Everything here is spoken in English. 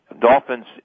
dolphins